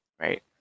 Right